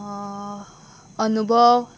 अनुभव